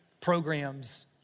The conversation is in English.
programs